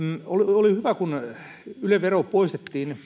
oli hyvä kun yle vero poistettiin